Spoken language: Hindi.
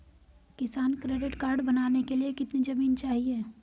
किसान क्रेडिट कार्ड बनाने के लिए कितनी जमीन चाहिए?